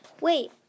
Wait